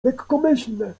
lekkomyślne